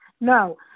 No